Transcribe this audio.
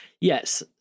Yes